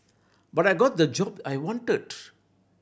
but I got the job I wanted